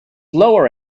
lower